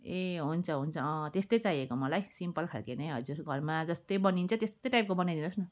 ए हुन्छ हुन्छ त्यस्तै चाहिएको मलाई सिम्पल खालको नै हजुर घरमा जस्तै बनिन्छ त्यस्तै टाइपको बनाइदिनुहोस् न